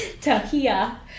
Tahia